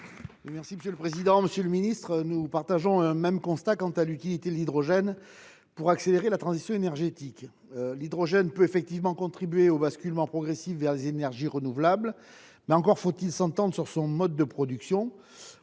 Redon-Sarrazy. Monsieur le ministre, nous dressons un même constat quant à l'utilité de l'hydrogène pour accélérer la transition énergétique. L'hydrogène peut effectivement contribuer au basculement progressif vers les énergies renouvelables, mais encore faut-il s'entendre sur son mode de production.